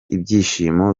ibyishimo